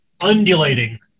Undulating